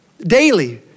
daily